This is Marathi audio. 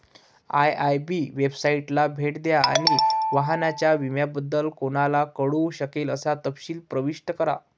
आय.आय.बी वेबसाइटला भेट द्या आणि वाहनाच्या विम्याबद्दल कोणाला कळू शकेल असे तपशील प्रविष्ट करा